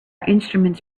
instruments